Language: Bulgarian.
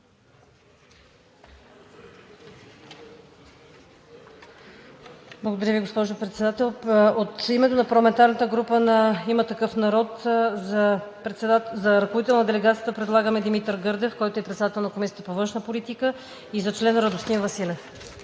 Благодаря Ви, госпожо Председател. От името на парламентарната група на „Има такъв народ“ за ръководител на делегацията предлагаме Димитър Гърдев, който е и председател на Комисията по външна политика, и за член Радостин Василев.